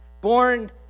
born